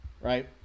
Right